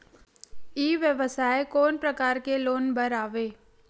ई व्यवसाय कोन प्रकार के लोग बर आवे?